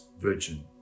virgin